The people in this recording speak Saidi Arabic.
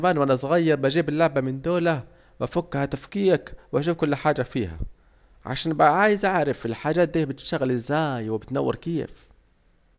زمان وانا صغير بجيب اللعبة من دولة وافكها تفكيك واجيب كل حاجة فيها عشان بعايز اعرف الحاجات دي بتشتغل ازاي وبتنور كيف